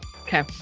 Okay